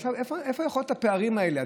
איפה יכולים להיות הפערים האלה?